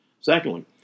Secondly